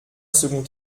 second